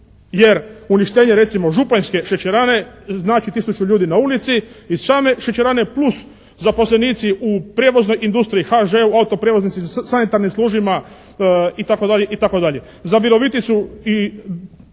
Jer uništenje recimo Županjske šećerane znači tisuću ljudi na ulici iz same šećerane plus zaposlenici u prijevoznoj industriji, HŽ-u, autoprijevoznici, sanitarnim službama itd.